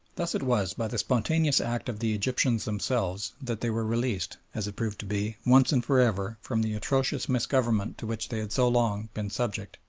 thus it was by the spontaneous act of the egyptians themselves that they were released, as it proved to be, once and for ever from the atrocious misgovernment to which they had so long been subject.